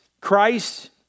Christ